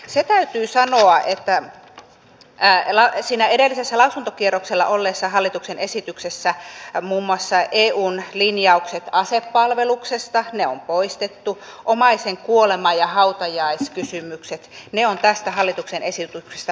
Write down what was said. se täytyy sanoa että siinä edellisessä lausuntokierroksella olleessa hallituksen esityksessä muun muassa eun linjaukset asepalveluksesta on poistettu omaisen kuolema ja hautajaiskysymykset on tästä hallituksen esityksestä poistettu